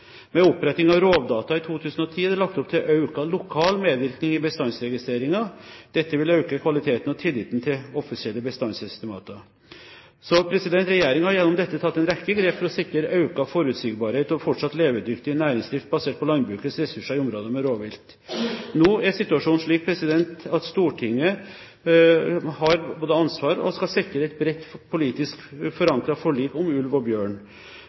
Med oppretting av Rovdata i 2010 er det lagt opp til økt lokal medvirkning i bestandsregistreringen. Dette vil øke kvaliteten av og tilliten til offisielle bestandsestimater. Regjeringen har gjennom dette tatt en rekke grep for å sikre økt forutsigbarhet og fortsatt levedyktig næringsdrift, basert på landbrukets ressurser i områder med rovvilt. Nå er situasjonen slik at Stortinget har ansvaret og skal sikre et bredt politisk forankret forlik om ulv og bjørn.